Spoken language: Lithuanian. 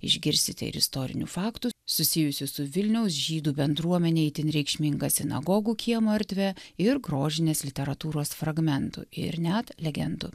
išgirsite ir istorinių faktų susijusių su vilniaus žydų bendruomenei itin reikšminga sinagogų kiemo erdve ir grožinės literatūros fragmentų ir net legendų